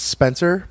Spencer